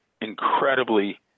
incredibly